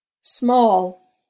Small